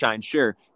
sure